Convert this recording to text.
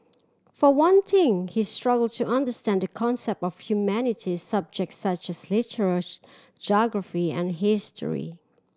for one thing he struggled to understand the concept of humanities subjects such as literature geography and history